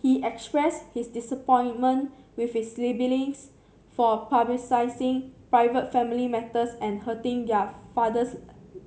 he expressed his disappointment with his siblings for publicising private family matters and hurting their father's